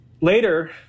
later